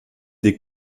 des